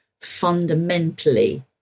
fundamentally